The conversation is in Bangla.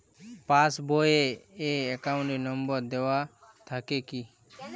পাস বই এ অ্যাকাউন্ট নম্বর দেওয়া থাকে কি?